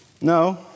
No